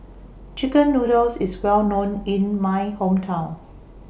Chicken Noodles IS Well known in My Hometown